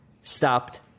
stopped